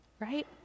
Right